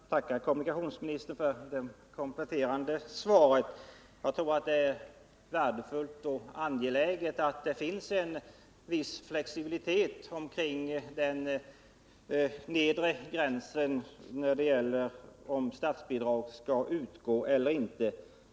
Herr talman! Jag tackar kommunikationsministern för det kompletterande svaret. Det är värdefullt att det finns en viss flexibilitet när det gäller den nedre gränsen för statsbidrag.